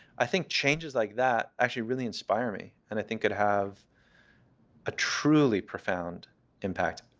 i think changes like that actually really inspire me, and i think it have a truly profound impact.